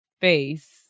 face